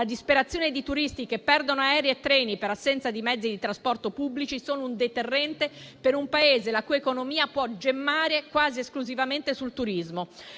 disperazione dei turisti che perdono aerei e treni per assenza di mezzi di trasporto pubblici è un deterrente per un Paese la cui economia può gemmare quasi esclusivamente sul turismo.